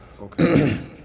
Okay